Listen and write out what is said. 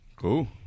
cool